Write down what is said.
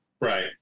right